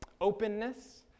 openness